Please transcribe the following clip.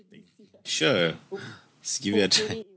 okay sure just give me a chance